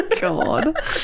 God